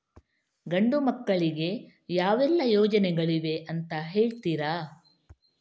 ಗಂಡು ಮಕ್ಕಳಿಗೆ ಯಾವೆಲ್ಲಾ ಯೋಜನೆಗಳಿವೆ ಅಂತ ಹೇಳ್ತೀರಾ?